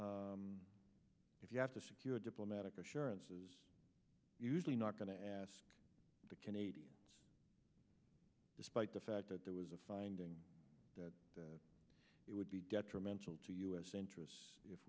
you if you have to secure diplomatic assurances usually not going to ask the canadian despite the fact that there was a finding that it would be detrimental to u s interests if